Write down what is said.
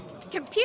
computer